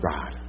God